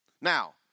Now